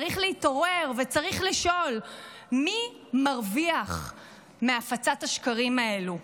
צריך להתעורר וצריך לשאול מי מרוויח מהפצת השקרים האלו.